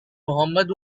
mohammad